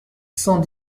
cent